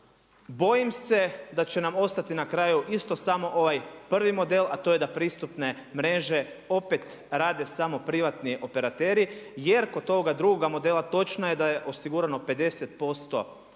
bojim se da će nam ostati na kraju isto samo ovaj prvi model, a to je da pristupne mreže opet rade samo privatni operateri jer kod toga drugoga modela točno je da je osigurano 50% iznosa